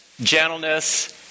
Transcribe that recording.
gentleness